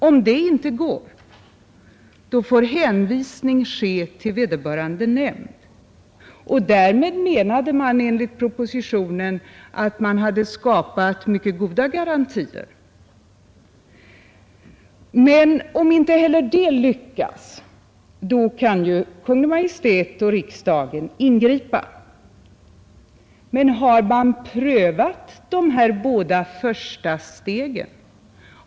Om det inte går, får hänvisning ske till vederbörande nämnd, och därmed menade man enligt propositionen att man hade skapat mycket goda garantier. Men om inte heller det lyckas kan Kungl. Maj:t och riksdagen ingripa. Men har man prövat de här båda första stegen?